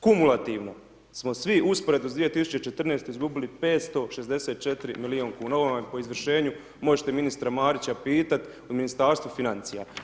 Kumulativno smo svi usporedno s 2014. izgubili 564 milijun kuna, ovo vam je po izvršenju, možete ministra Marića pitati u Ministarstvu financija.